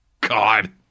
God